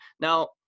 now